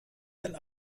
sind